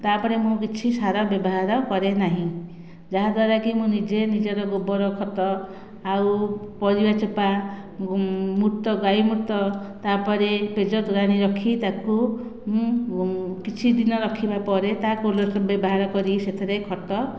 ତାପରେ ମୁଁ କିଛି ସାର ବ୍ୟବହାର କରେ ନାହିଁ ଯାହାଦ୍ବାରା କି ମୁଁ ନିଜେ ନିଜର ଗୋବର ଖତ ଆଉ ପରିବା ଚୋପା ମୂତ ଗାଈ ମୂତ ତାପରେ ପେଜ ତୋରାଣି ରଖି ତାକୁ ମୁଁ କିଛିଦିନ ରଖିବା ପରେ ତା ବ୍ୟବହାର କରି ସେଥିରେ ଖତ